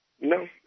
No